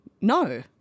No